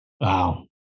Wow